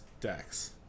decks